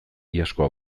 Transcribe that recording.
iazkoa